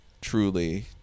truly